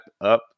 up